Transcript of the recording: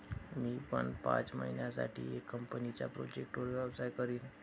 मी पण पाच महिन्यासाठी एका कंपनीच्या प्रोजेक्टवर व्यवसाय करीन